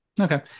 Okay